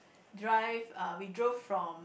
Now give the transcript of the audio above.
drive ah we drove from